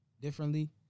differently